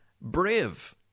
Brave